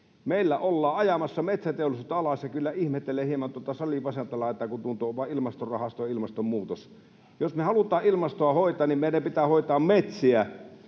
meillä ollaan ajamassa metsäteollisuutta alas. Kyllä ihmettelen hieman tuota salin vasenta laitaa, kun on vain Ilmastorahasto ja ilmastonmuutos. Jos me haluamme ilmastoa hoitaa, niin meidän pitää hoitaa metsiä.